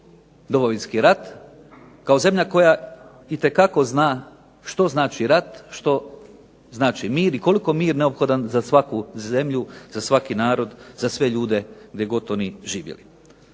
Domovinski rat. Kao zemlja koja itekako zna što znači rat, što znači mir i koliko je mir neophodan za svaku zemlju, za svaki narod, za sve ljude gdje god oni živjeli.